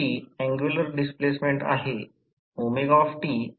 03 Ω वर दुय्यम वाइंडिंग साठी आहेत